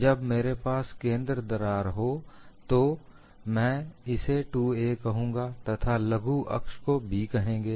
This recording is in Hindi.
जब मेरे पास केंद्र दरार हो तो मैं इसे 2a कहूंगा तथा लघु अक्ष को 'b कहेंगे